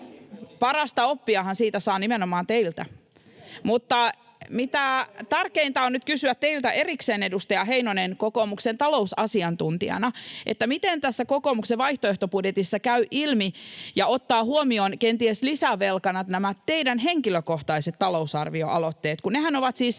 Hienoa, välillä tulee kehujakin!] Mutta tärkeintä on nyt kysyä teiltä erikseen, edustaja Heinonen, kokoomuksen talousasiantuntijana, miten tässä kokoomuksen vaihtoehtobudjetissa käy ilmi ja otetaan huomioon kenties lisävelkana nämä teidän henkilökohtaiset talousarvioaloitteenne, [Ben